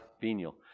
venial